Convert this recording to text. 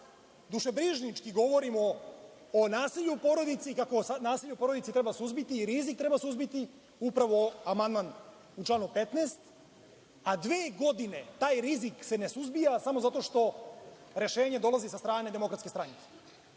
dušebrižnički govorimo o nasilju u porodici i kako nasilje u porodici treba suzbiti i rizik treba suzbiti, upravo amandman u članu 15, a dve godine taj rizik se ne suzbija samo zato što rešenje dolazi sa strane DS.To nije